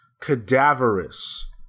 Cadaverous